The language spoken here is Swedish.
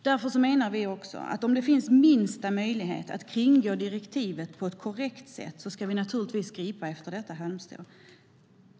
Därför menar vi också att om det finns minsta möjlighet att kringgå direktivet på ett korrekt sätt ska vi naturligtvis gripa efter detta halmstrå.